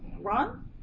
Ron